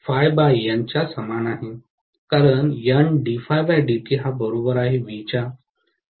जे खरोखर च्या समान आहे कारण आहे